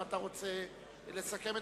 אם אתה רוצה לסכם.